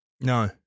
No